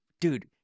dude